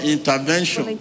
Intervention